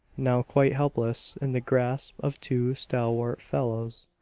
now quite helpless in the grasp of two stalwart fellows.